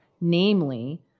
namely